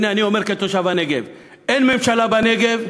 הנה, אני אומר כתושב הנגב: אין ממשלה בנגב,